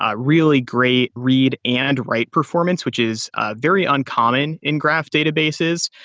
ah really great read and write performance, which is very uncommon in graph databases.